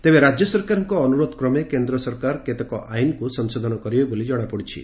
ତେବେ ରାଜ୍ୟ ସରକାରଙ୍କ ଅନୁରୋଧ କ୍ରମେ କେନ୍ଦ୍ର ସରକାର କେତେକ ଆଇନକୁ ସଂଶୋଧନ କରିବେ ବୋଲି ଜଣାପଡ଼ିଛି